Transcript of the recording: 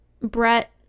Brett